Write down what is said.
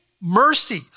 mercy